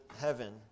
heaven